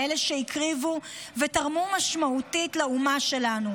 לאלה שהקריבו ותרמו משמעותית לאומה שלנו,